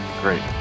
Great